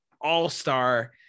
all-star